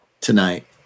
tonight